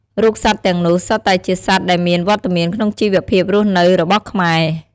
រូបសត្វទាំងនោះសុទ្ធតែជាសត្វដែលមានវត្តមានក្នុងជីវភាពរស់នៅរបស់ខ្មែរ។